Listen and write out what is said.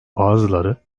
bazıları